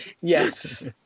Yes